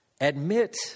admit